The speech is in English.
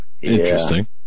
Interesting